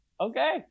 Okay